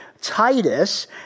Titus